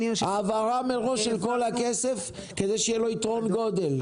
העברה מראש של כל הכסף כדי שיהיה לו יתרון גודל.